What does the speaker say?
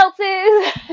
else's